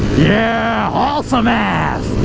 yeah! haul some ass!